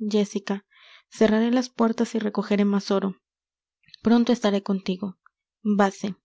jéssica cerraré las puertas y recogeré más oro pronto estaré contigo vase